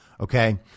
Okay